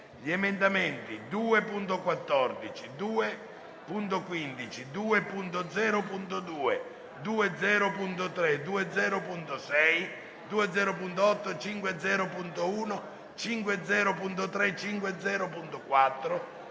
gli emendamenti 2.14, 2.15, 2.0.2, 2.0.3, 2.0.6, 2.0.8, 5.0.1, 5.0.3, 5.0.4,